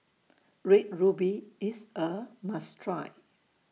Red Ruby IS A must Try